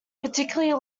particularly